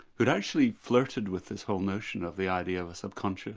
who'd actually flirted with this whole notion of the idea of a subconscious.